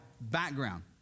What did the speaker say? background